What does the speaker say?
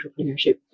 entrepreneurship